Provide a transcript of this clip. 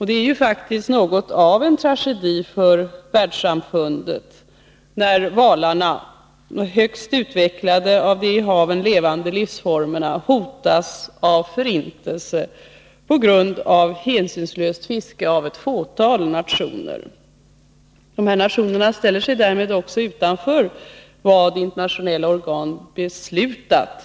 Det är faktiskt något av en tragedi för världssamfundet när valarna — de högst utvecklade av de i haven existerande livsformerna — hotas av förintelse på grund av hänsynslöst fiske av ett fåtal nationer. De här nationerna ställer sig därmed också utanför det som internationella organ har beslutat.